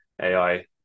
AI